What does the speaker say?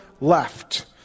left